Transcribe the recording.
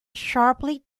sharply